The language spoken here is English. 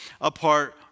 apart